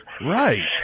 Right